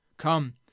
Come